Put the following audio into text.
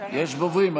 יש דוברים,